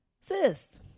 Sis